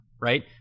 right